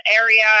area